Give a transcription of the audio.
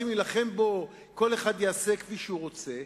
להילחם בו וכל אחד יעשה כפי שהוא רוצה.